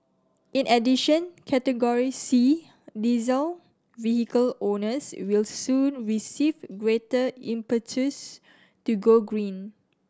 in addition Category C diesel vehicle owners will soon receive greater impetus to go green